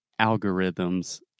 algorithms